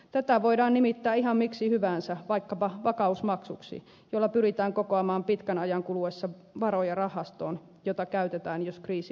tätä voidaan nimittää ihan miksi hyvänsä vaikkapa vakausmaksuksi jolla pyritään kokoamaan pitkän ajan kuluessa varoja rahastoon jota käytetään jos kriisi yllättää